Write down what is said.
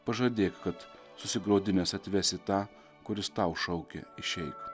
pažadėk kad susigraudinęs atvesi tą kuris tau šaukia išeik